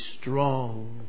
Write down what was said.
strong